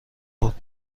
بود